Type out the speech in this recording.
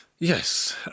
Yes